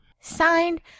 Signed